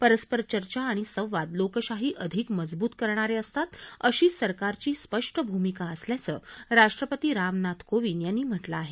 परस्पर चर्चा आणि संवाद लोकशाही अधिक मजबूत करणारे असतात अशीच सरकारची स्पष्ट भूमिका असल्याचं राष्ट्रपती रामनाथ कोविंद यांनी म्हटलं आहे